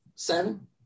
Seven